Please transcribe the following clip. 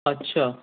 اچھا